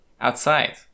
Outside